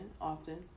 often